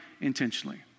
intentionally